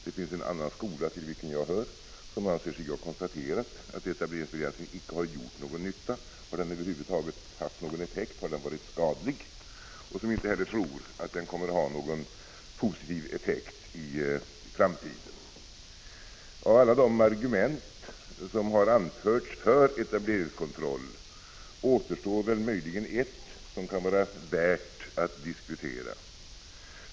Det finns en annan skola, till vilken jag hör, som emellertid har konstaterat att etableringsbegränsning inte har gjort någon nytta och att den, om den över huvud taget har haft någon effekt, har varit skadlig. Den skolan tror inte heller att etableringsbegränsningen kommer att ha någon positiv effekt i framtiden. Av alla de argument som anförts för etableringskontroll återstår möjligen ett som kan vara värt att diskutera.